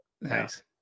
Nice